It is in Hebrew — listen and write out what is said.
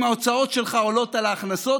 אם ההוצאות שלך עולות על ההכנסות,